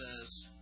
says